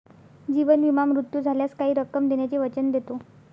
जीवन विमा मृत्यू झाल्यास काही रक्कम देण्याचे वचन देतो